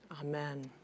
amen